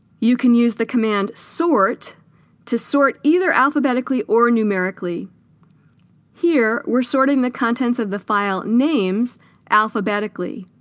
you can use the command sort to sort either alphabetically or numerically here we're sorting the contents of the file names alphabetically,